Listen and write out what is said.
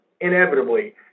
inevitably